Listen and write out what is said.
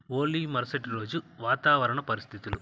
ఓలీ మరుసటి రోజు వాతావరణ పరిస్థితులు